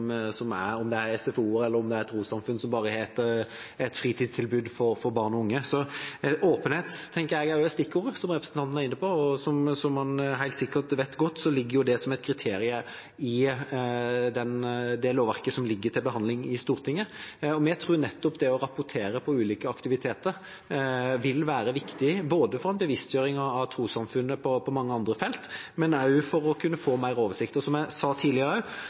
det er, om det er SFO eller et trossamfunn som bare har et fritidstilbud for barn og unge. Åpenhet tenker også jeg er stikkordet, som representanten er inne på, og som han helt sikkert godt vet, er det et kriterium i lovverket som ligger til behandling i Stortinget. Vi tror at nettopp det å rapportere om ulike aktiviteter vil være viktig både for en bevisstgjøring av trossamfunnene på mange felt, og også for å kunne få bedre oversikt. Som jeg sa tidligere,